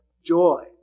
Joy